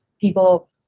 people